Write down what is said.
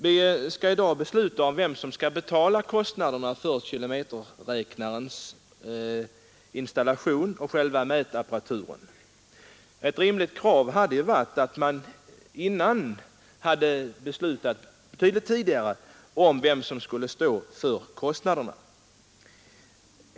Vi skall i dag besluta om vem som skall betala kostnaderna för installationen av kilometerräknaren, dvs. själva mätapparaturen, men det hade ju varit ett rimligt krav att tidigare ha fått reda på vem som skall stå för de kostnaderna.